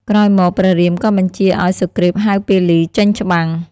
ក្រោយមក ព្រះរាមក៏បញ្ជាឱ្យសុគ្រីពហៅពាលី ចេញច្បាំង។